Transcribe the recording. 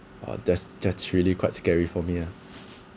ah that's that's really quite scary for me ah